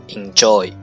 enjoy 。